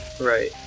Right